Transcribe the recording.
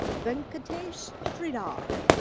venkatesh sridhar.